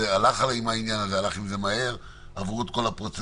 הלך עם העניין הזה מהר, עבר את כל הפרוצדורות.